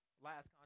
last